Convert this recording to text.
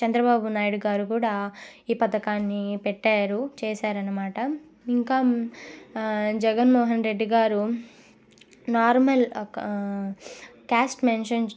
చంద్రబాబు నాయుడు గారు కూడా ఈ పథకాన్ని పెట్టారు చేసారు అన్నమాట ఇంకా జగన్ మోహన్ రెడ్డి గారు నార్మల్ కాస్ట్ మెన్షన్